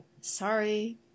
Sorry